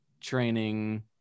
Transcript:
training